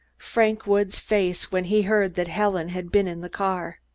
frank woods' face when he heard that helen had been in the car.